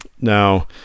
Now